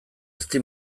ezti